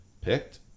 picked